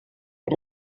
per